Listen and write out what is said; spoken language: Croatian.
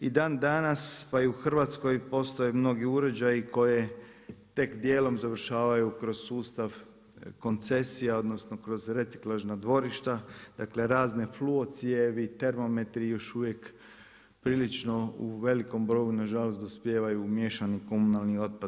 I dan danas pa i u Hrvatskoj postoje mnogi uređaji koji tek dijelom završavaju kroz sustav koncesija odnosno kroz reciklažna dvorišta, dakle razne fluo cijevi, termometri i još uvijek prilično u velikom broju nažalost dospijevaju u miješani komunalni otpad.